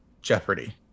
Jeopardy